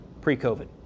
pre-COVID